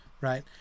right